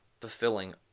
fulfilling